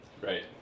Right